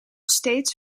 steeds